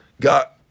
got